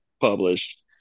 published